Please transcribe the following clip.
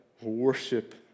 worship